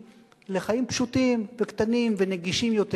לחיים פשוטים וקטנים ונגישים יותר: